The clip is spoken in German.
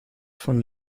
von